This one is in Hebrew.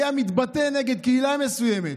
היה מתבטא נגד קהילה מסוימת,